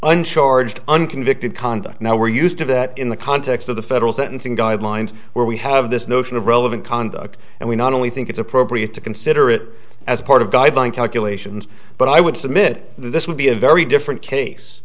uncharged unconvicted conduct now we're used to that in the context of the federal sentencing guidelines where we have this notion of relevant conduct and we not only think it's appropriate to consider it as part of guideline calculations but i would submit this would be a very different case